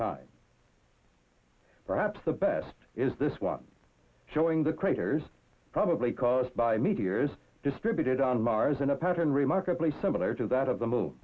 time perhaps the best is this one showing the craters probably caused by meteors distributed on mars in a pattern remarkably similar to that of the